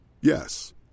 Yes